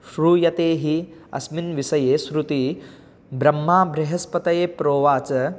श्रूयते हि अस्मिन् विषये श्रुतिः ब्रह्मा बृहस्पतये प्रोवाच